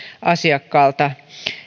asiakkaalta